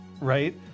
right